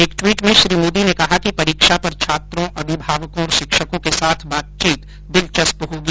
एक ट्वीट में श्री मोदी ने कहा कि परीक्षा पर छात्रों अभिभावकों और शिक्षकों के साथ बातचीत दिलचस्प होगी